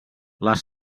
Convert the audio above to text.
les